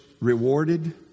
rewarded